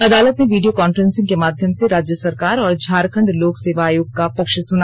अदालत ने video conferencing के माध्यम से राज्य सरकार और झारखंड लोक सेवा आयोग का पक्ष सुना